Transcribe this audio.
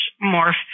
more